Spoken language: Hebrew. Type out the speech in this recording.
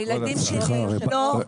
הילדים שלי לא מוכרים.